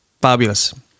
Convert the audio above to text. fabulous